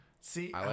See